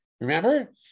Remember